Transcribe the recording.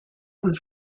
was